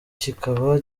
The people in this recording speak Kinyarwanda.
kikaba